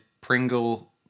pringle